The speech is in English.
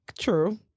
True